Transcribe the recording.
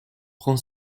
prend